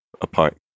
apart